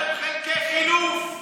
אתם חלקי חילוף.